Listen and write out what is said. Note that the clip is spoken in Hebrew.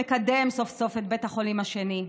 שמקדם סוף-סוף את בית החולים השני,